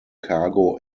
cargo